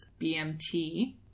BMT